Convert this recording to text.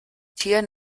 tier